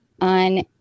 on